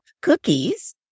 cookies